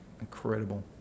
incredible